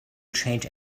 change